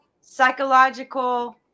psychological